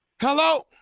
Hello